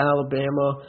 Alabama